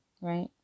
right